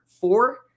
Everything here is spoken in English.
Four